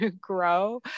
grow